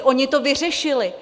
Oni to vyřešili.